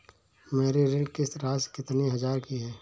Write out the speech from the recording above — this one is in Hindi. मेरी ऋण किश्त राशि कितनी हजार की है?